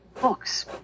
books